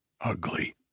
ugly